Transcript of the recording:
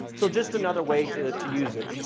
so just another way to to use it.